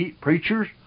Preachers